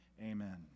Amen